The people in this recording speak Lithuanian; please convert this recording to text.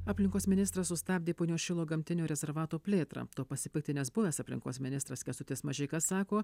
aplinkos ministras sustabdė punios šilo gamtinio rezervato plėtrą tuo pasipiktinęs buvęs aplinkos ministras kęstutis mažeika sako